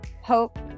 hope